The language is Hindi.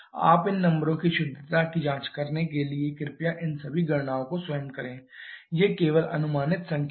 आप इन नंबरों की शुद्धता की जांच करने के लिए कृपया इन सभी गणनाओं को स्वयं करें ये केवल अनुमानित संख्याएँ हैं